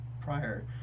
prior